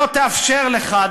אופוזיציה שלא תאפשר לך,